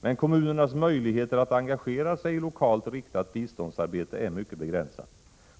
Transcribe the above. Men kommunernas möjligheter att engagera sig i lokalt riktat biståndsarbete är mycket begränsat.